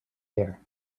here